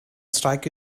strike